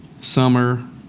Summer